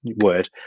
word